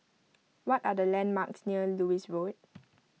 what are the landmarks near Lewis Road